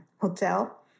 hotel